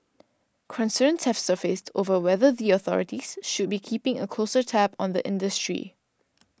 concerns have surfaced over whether the authorities should be keeping a closer tab on the industry